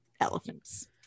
elephants